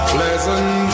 Pleasant